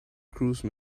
cruise